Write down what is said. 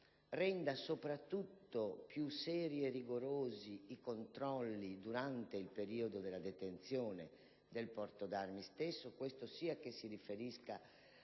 rendano più seri e rigorosi i controlli nel periodo della detenzione del porto d'armi stesso (sia che si riferisca